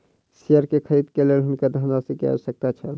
share के खरीद के लेल हुनका धनराशि के आवश्यकता छल